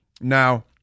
Now